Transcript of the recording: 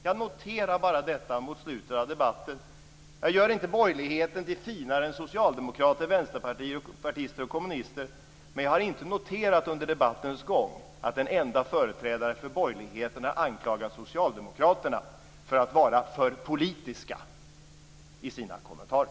Jag noterar bara mot slutet av debatten att jag inte gör borgerligheten till finare än socialdemokrater, vänsterpartister och kommunister. Men jag har inte noterat under debattens gång att en enda företrädare för borgerligheten har anklagat socialdemokraterna för att vara för politiska i sina kommentarer.